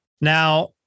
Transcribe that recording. Now